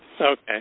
Okay